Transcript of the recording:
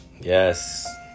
Yes